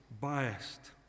biased